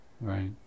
Right